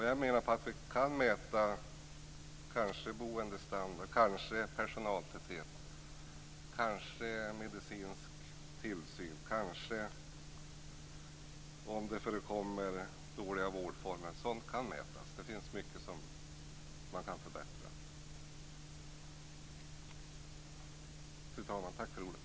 Jag menar att man kan mäta boendestandard, personaltäthet, medicinsk tillsyn och eventuella dåliga vårdformer. Sådant kan mätas, och det finns mycket som kan förbättras. Fru talman! Tack för ordet.